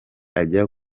ajya